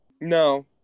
No